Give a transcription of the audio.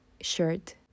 shirt